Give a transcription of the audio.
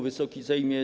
Wysoki Sejmie!